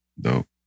dope